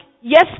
yes